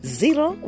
zero